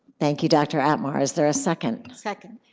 thank you, dr. atmar. is there a second? second.